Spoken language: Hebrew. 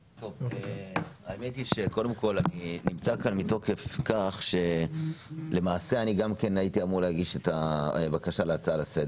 אני נמצא כאן מתוקף כך שהייתי אמור להגיש את הבקשה להצעה לסדר.